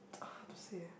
uh how to say eh